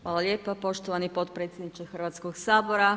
Hvala lijepo poštovani potpredsjedniče Hrvatskog sabora.